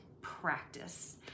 practice